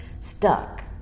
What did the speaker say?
stuck